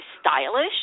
stylish